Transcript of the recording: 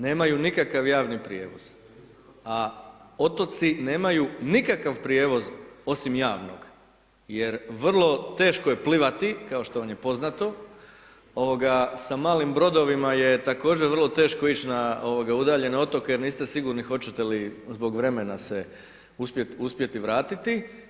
Nemaju nikakav javni prijevoz, a otoci nemaju nikakav prijevoz osim javnog jer vrlo teško je plivati, kao što vam je poznato, sa malim brodovima je također vrlo teško ići na udaljene otoke jer niste sigurni hoćete li zbog vremena se uspjeti vratiti.